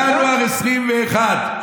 ינואר 2021,